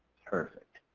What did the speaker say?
perfect.